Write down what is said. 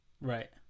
Right